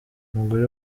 umugore